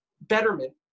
betterment